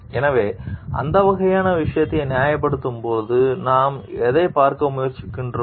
எனவே இந்த வகையான விஷயத்தை நியாயப்படுத்தும்போது நாம் எதைப் பார்க்க முயற்சிக்கிறோம்